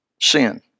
sin